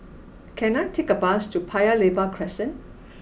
can I take a bus to Paya Lebar Crescent